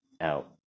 out